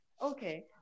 okay